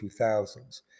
2000s